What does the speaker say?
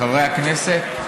חברי הכנסת,